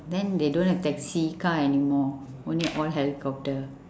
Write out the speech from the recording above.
then they don't have taxi car anymore only all helicopter